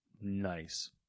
Nice